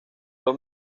los